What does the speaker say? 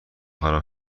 خراب